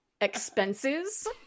expenses